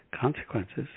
consequences